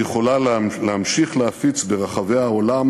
והיא יכולה להמשיך להפיץ ברחבי העולם